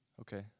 Okay